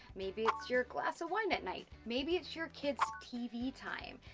maybe it's your glass of wine at night. maybe it's your kids tv time.